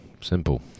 Simple